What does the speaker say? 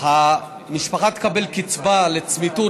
המשפחה תקבל קצבה לצמיתות,